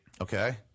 Okay